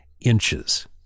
inches